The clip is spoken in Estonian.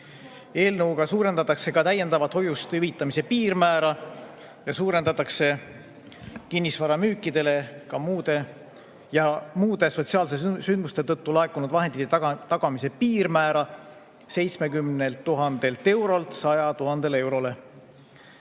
Eelnõuga suurendatakse ka täiendavat hoiuste hüvitamise piirmäära ning suurendatakse kinnisvara müükide ja muude sotsiaalsete sündmuste tõttu laekunud vahendite tagamise piirmäära 70 000 eurolt 100 000 eurole. Eelnõu